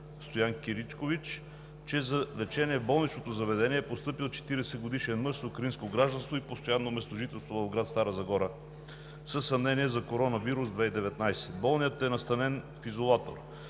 Стоян Киркович“, че за лечение в болничното заведение е постъпил 40-годишен мъж с украинско гражданство и постоянно местожителство в град Стара Загора със съмнение за коронавирус 2019. Болният е настанен в изолатор.